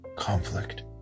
conflict